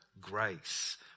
grace